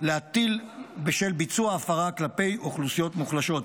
להטיל בשל ביצוע הפרה כלפי אוכלוסיות מוחלשות.